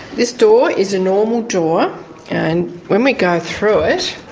this door is a normal door and when we go through it,